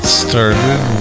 started